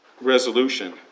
resolution